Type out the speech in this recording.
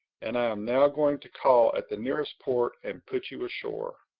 and i am now going to call at the nearest port and put you ashore.